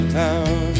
town